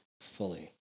fully